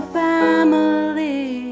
family